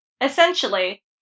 essentially